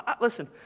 listen